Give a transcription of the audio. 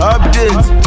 Updates